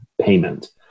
payment